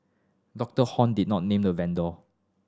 Doctor Hon did not name the vendor